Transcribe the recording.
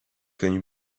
connu